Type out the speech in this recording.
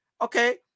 Okay